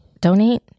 Donate